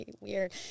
weird